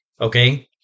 Okay